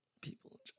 People